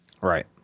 Right